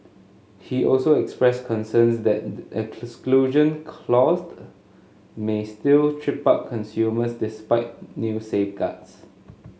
he also expressed concerns that exclusion clause may still trip up consumers despite new safeguards